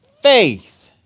faith